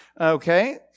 okay